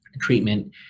Treatment